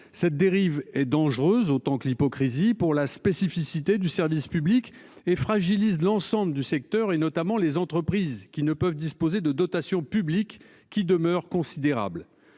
Cette dérive est dangereux autant que l'hypocrisie pour la spécificité du service public et fragilise l'ensemble du secteur et notamment les entreprises qui ne peuvent disposer de dotations publiques qui demeure considérable.